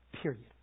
period